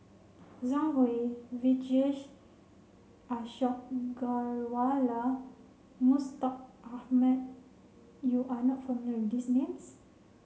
Zhang Hui Vijesh Ashok Ghariwala Mustaq Ahmad you are not familiar with these names